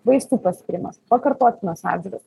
vaistų paskyrimas pakartotinos apžiūros